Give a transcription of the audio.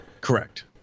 Correct